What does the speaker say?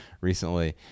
recently